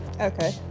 Okay